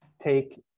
take